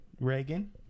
reagan